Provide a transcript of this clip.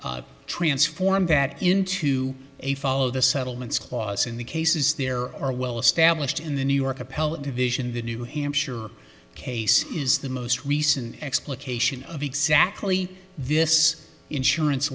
o transform that into a follow the settlements clause in the cases there are well established in the new york appellate division the new hampshire case is the most recent explication of exactly this insurance